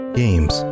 games